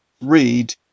read